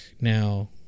now